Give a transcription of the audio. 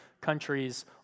countries